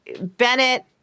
bennett